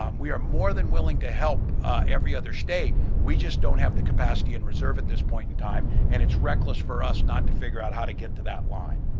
um we are more than willing to help every other state, we just don't have the capacity and reserve at this point in time and it's reckless for us not to figure out how to get to that line.